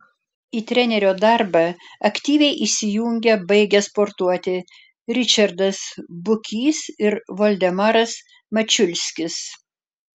į trenerio darbą aktyviai įsijungė baigę sportuoti ričardas bukys ir voldemaras mačiulskis